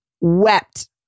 Wept